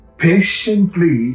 patiently